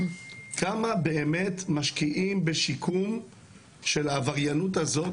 כמה באמת משקיעים בשיקום של העבריינות הזאת,